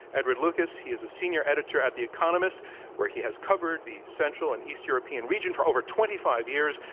edward lucas. he is a senior editor at the economist where he has covered the central and east european region for over twenty five years,